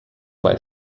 bei